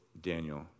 Daniel